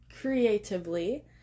Creatively